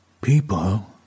People